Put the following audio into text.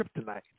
kryptonite